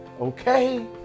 Okay